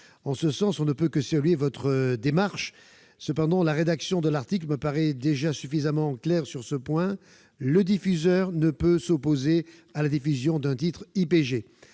En ce sens, on ne peut que saluer votre démarche, ma chère collègue. Cependant, la rédaction de l'article me paraît déjà suffisamment claire sur ce point : le diffuseur ne peut pas s'opposer à la diffusion d'un titre de